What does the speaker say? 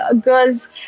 girls